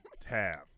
Tab